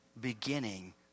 beginning